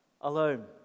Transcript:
alone